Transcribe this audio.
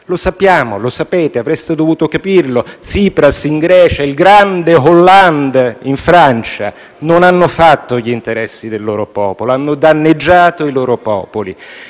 Lo sappiamo, lo sapete, avreste dovuto capirlo. Tsipras in Grecia e il grande Hollande in Francia non hanno fatto gli interessi del loro popolo; hanno danneggiato i loro popoli.